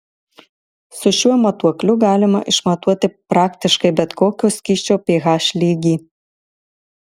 su šiuo matuokliu galima išmatuoti praktiškai bet kokio skysčio ph lygį